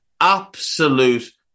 absolute